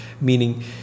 meaning